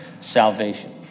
salvation